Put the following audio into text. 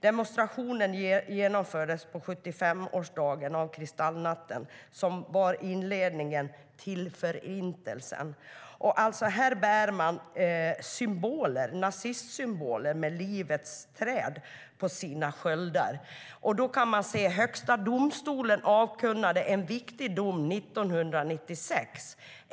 Demonstrationen genomfördes på 75-årsdagen av kristallnatten, som var inledningen till Förintelsen. Här bär man nazistsymboler med livets träd på sina sköldar. Högsta domstolen avkunnade en viktig dom 1996.